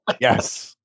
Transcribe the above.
Yes